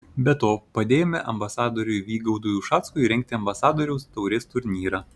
be to padėjome ambasadoriui vygaudui ušackui rengti ambasadoriaus taurės turnyrą